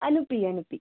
Anu P Anu P